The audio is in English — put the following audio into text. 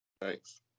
Thanks